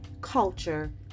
culture